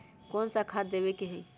कोन सा खाद देवे के हई?